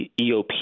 EOP